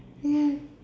ya